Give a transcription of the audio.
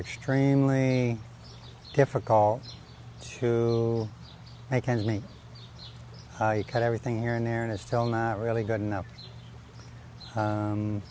extremely difficult to make ends meet i cut everything here and there and it's still not really good enough